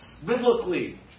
biblically